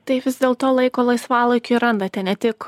tai vis dėl to laiko laisvalaikiui randate ne tik